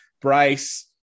Bryce